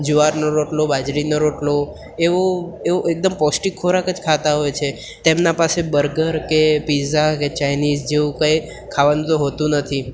જુવારનો રોટલો બાજરીનો રોટલો એવું એવું એકદમ પૌષ્ટિક ખોરાક જ ખાતા હોય છે તેમના પાસે બર્ગર કે પીઝા કે ચાઈનીઝ જેવું કંઈ ખાવાનું તો હોતું નથી